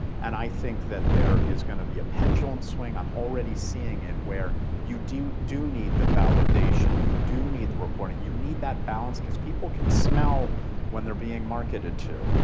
and i think that there is going to be a pendulum swing, swing, i'm already seeing it where you do do need the validation, you do need the reporting. you need that balance, because people can smell when they're being marketed to.